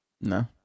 No